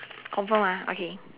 confirm ah okay